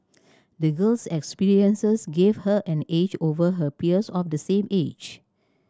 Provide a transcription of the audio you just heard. the girl's experiences gave her an edge over her peers of the same age